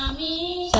the